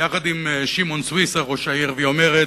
יחד עם שמעון סוויסה, ראש העיר, והיא אומרת: